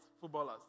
footballers